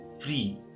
free